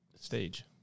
stage